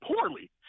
poorly